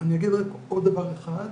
אני אגיד רק עוד דבר אחד,